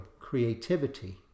creativity